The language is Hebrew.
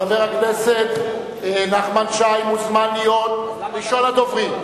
חבר הכנסת נחמן שי מוזמן להיות ראשון הדוברים.